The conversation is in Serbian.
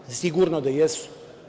Sigurno da jesu.